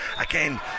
again